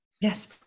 Yes